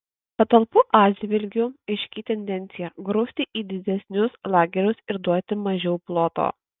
patalpų atžvilgiu aiški tendencija grūsti į didesnius lagerius ir duoti mažiau ploto